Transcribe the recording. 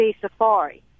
Safari